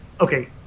Okay